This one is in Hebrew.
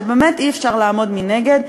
שבאמת אי-אפשר לעמוד מנגד,